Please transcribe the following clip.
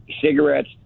cigarettes